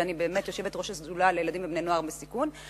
ואני באמת יושבת-ראש השדולה לילדים ובני-נוער בסיכון,